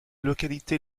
localités